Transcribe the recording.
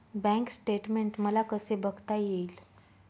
Bank statement मला कसे बघता येईल?